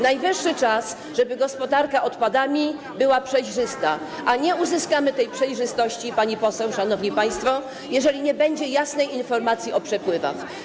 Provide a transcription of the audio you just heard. Najwyższy czas, żeby gospodarka odpadami była przejrzysta, a nie uzyskamy tej przejrzystości, pani poseł, szanowni państwo, jeżeli nie będzie jasnej informacji o przepływach.